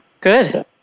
Good